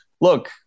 look